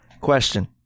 question